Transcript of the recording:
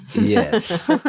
Yes